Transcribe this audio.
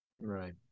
Right